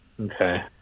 Okay